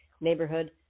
neighborhood